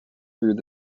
through